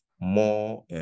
more